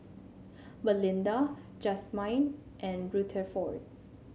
Malinda Jazmyne and Rutherford